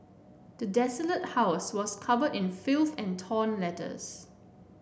the desolated house was covered in filth and torn letters